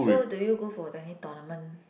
so do you go for any tournament